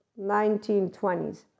1920s